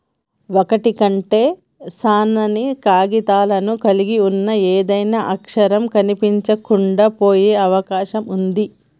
ఒకటి కంటే సాన సన్నని కాగితాలను కలిగి ఉన్న ఏదైనా అక్షరం కనిపించకుండా పోయే అవకాశం ఉంది